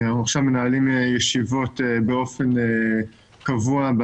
אנחנו עכשיו מנהלים ישיבות באופן קבוע.